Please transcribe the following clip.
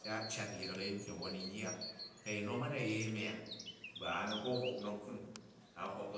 Ce a̱ cat digrek a̱yin ti wwon u̱ yyak, ku̱ ayin nu a̱ ma̱ na̱ yei nyang, ba ani hok hok na̱ ku a̱ hok